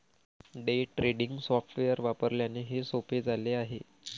day trading software वापरल्याने हे सोपे झाले आहे